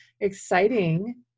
Exciting